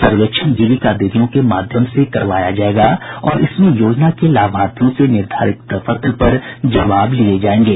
सर्वेक्षण जीविका दीदियों के माध्यम से करवाया जायेगा और इसमें योजना के लाभार्थियों से निर्धारित प्रपत्र पर जवाब लिये जायेंगे